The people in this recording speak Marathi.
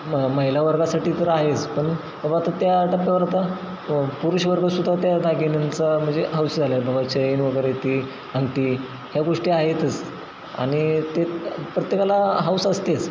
म महिला वर्गासाठी तर आहेच पण बाबा आता त्या टप्प्यावर आता पुरुष वर्ग सुद्धा त्या दागिन्यांचा म्हणजे हौशी झाल्यात बाबा चैन वगैरे ती अंगठी ह्या गोष्टी आहेतच आणि ते प्रत्येकाला हौस असतेच